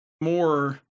more